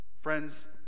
Friends